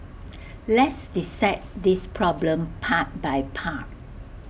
let's dissect this problem part by part